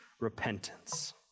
repentance